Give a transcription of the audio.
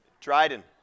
Dryden